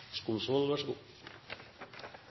– vær så god!